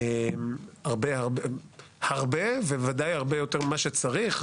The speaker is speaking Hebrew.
הרבה ובוודאי הרבה יותר ממה שצריך,